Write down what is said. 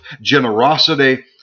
generosity